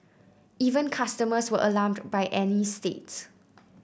even customers were alarmed by Annie's state